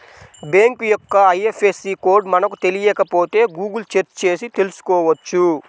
bank యొక్క IFSC code మనకు తెలియకపోతే గుగుల్ సెర్చ్ చేసి తెల్సుకోవచ్చు